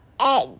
egg